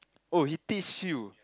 oh he diss you